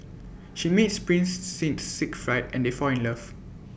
she meets prince thing Siegfried and they fall in love